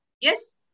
Yes